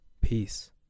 Peace